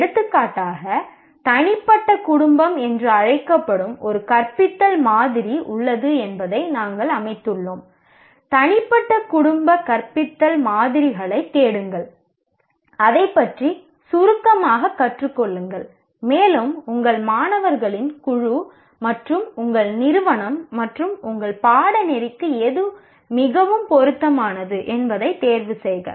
எடுத்துக்காட்டாக தனிப்பட்ட குடும்பம் என்று அழைக்கப்படும் ஒரு கற்பித்தல் மாதிரி உள்ளது என்பதை நாங்கள் அமைத்துள்ளோம் தனிப்பட்ட குடும்ப கற்பித்தல் மாதிரிகளைத் தேடுங்கள் அதைப் பற்றி சுருக்கமாகக் கற்றுக் கொள்ளுங்கள் மேலும் உங்கள் மாணவர்களின் குழு மற்றும் உங்கள் நிறுவனம் மற்றும் உங்கள் பாடநெறிக்கு எது மிகவும் பொருத்தமானது என்பதைத் தேர்வுசெய்க